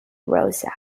rosa